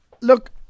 Look